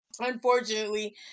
unfortunately